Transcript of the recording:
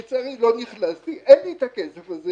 לצערי לא נכנסתי, אין לי את הכסף הזה